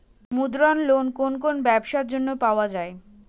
মুদ্রা লোন কোন কোন ব্যবসার জন্য পাওয়া যাবে?